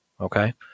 okay